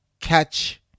catch